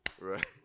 right